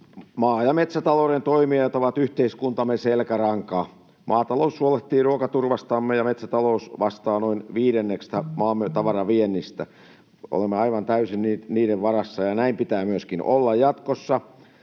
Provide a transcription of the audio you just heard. maa- ja metsätalouden toimijat ovat yhteiskuntamme selkäranka. Maatalous huolehtii ruokaturvastamme, ja metsätalous vastaa noin viidenneksestä maamme tavaraviennistä. Olemme aivan täysin niiden varassa, ja näin pitää olla myöskin jatkossa.